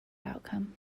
outcome